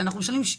ברשותכם,